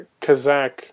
Kazakh